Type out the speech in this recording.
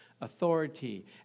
authority